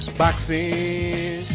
boxing